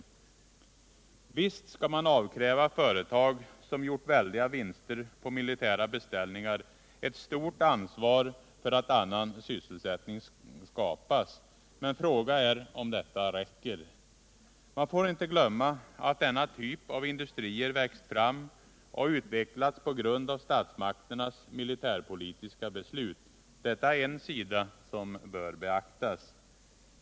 Visst skall man avkräva företag som gjort väldiga vinster på militära beställningar ett stort ansvar för att en annan sysselsättning skapas. Men frågan är om detta räcker. Man får inte glömma att denna typ av industrier växt fram och utvecklats på grund av statsmakternas militärpolitiska beslut. Detta är en sida som bör beaktas.